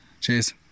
Cheers